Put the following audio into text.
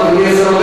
אז אני אשמח,